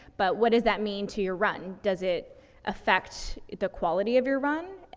but what does that mean to your run? does it affect the quality of your run?